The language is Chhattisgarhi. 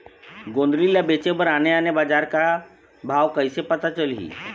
गोंदली ला बेचे बर आने आने बजार का भाव कइसे पता चलही?